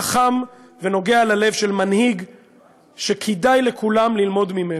חכם ונוגע ללב של מנהיג שכדאי לכולם ללמוד ממנו.